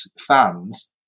fans